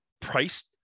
price